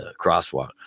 crosswalk